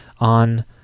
on